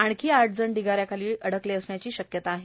आणखी आठ जण ढिगाऱ्याखाली अडकले असल्याची शक्यता आहे